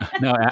No